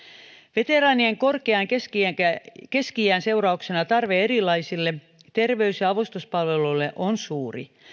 veteraanien korkean keski iän seurauksena tarve erilaisille terveys ja avustuspalveluille on suuri